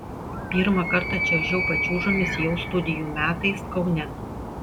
pirmą kartą čiuožiau pačiūžomis jau studijų metais kaune